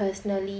personally